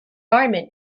environment